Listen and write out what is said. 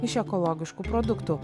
iš ekologiškų produktų